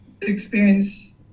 experience